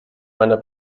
meiner